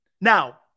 Now